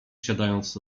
siadając